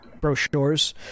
brochures